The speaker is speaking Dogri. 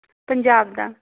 पंजाब दा